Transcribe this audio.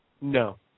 No